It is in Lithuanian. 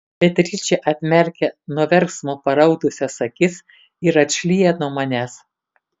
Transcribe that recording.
beatričė atmerkia nuo verksmo paraudusias akis ir atšlyja nuo manęs